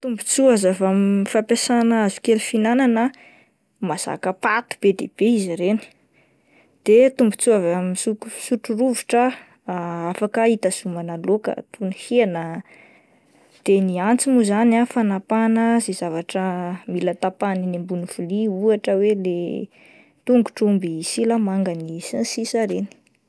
Tombotsoa azo avy amin'ny fampiasana hazokely fihinanana ah mahazaka paty be dia be izy ireny, de tombotsoa avy amin'ny sok-sotro rovitra afaka hitazomana laoka toy ny hena, de ny antsy moa zany ah fanapahana izay zavatra mila tapahina eny ambony vilia, ohatra hoe le tongotr'omby, simangany, sy ny sisa reny...